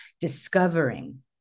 discovering